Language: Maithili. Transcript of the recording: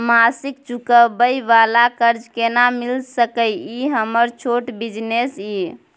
मासिक चुकाबै वाला कर्ज केना मिल सकै इ हमर छोट बिजनेस इ?